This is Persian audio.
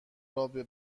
رابه